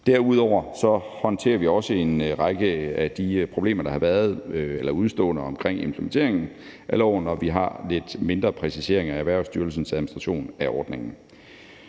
Derudover håndterer vi også en række af de problemer, der har været, eller udeståender omkring implementeringen af loven, og vi har lidt mindre præciseringer af Erhvervsstyrelsens administration af ordningen.